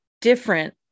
different